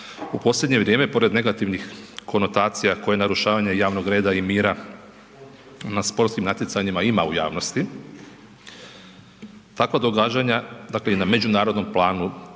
U posljednje vrijeme pored negativnih konotacija koje narušavanje javnog reda i mira na sportskim natjecanjima ima u javnosti, takva događanja, dakle i na međunarodnom planu